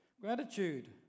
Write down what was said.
Gratitude